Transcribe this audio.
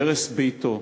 הרס ביתו,